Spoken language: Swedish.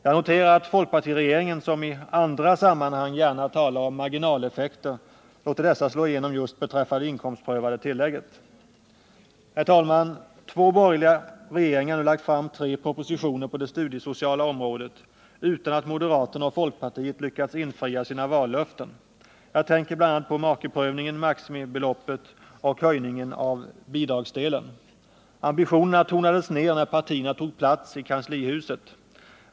Jag noterar att folkpartiregeringen, som i andra sammanhang gärna talar om marginaleffekter, låter dessa slå igenom just beträffande det inkomstprövade tillägget. Herr talman! Två borgerliga regeringar har nu lagt fram tre propositioner på det studiesociala området utan att moderaterna och folkpartiet lyckats infria sina vallöften. Jag tänker bl.a. på makeprövningen, maximibeloppet och höjningen av bidragsdelen. Ambitionerna tonades ned när partierna tog plats i kanslihuset.